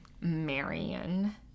Marion